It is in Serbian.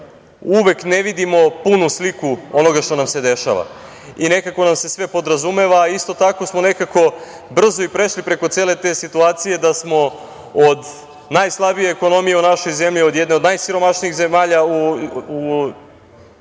uvek ne vidimo punu sliku onoga što nam se dešava i nekako nam se sve podrazumeva. Isto tako smo nekako brzo i prešli preko cele te situacije, da smo od najslabije ekonomije u našoj zemlji, od jedne od najsiromašnijih zemalja u